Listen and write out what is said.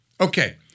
okay